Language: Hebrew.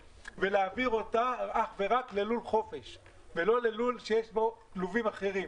ולהעביר אותה אך ורק ללול חופש ולא ללול שיש בו כלובים אחרים.